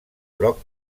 groc